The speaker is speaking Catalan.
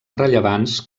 rellevants